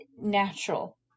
natural